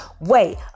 wait